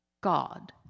God